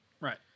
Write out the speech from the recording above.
Right